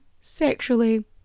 sexually